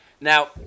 Now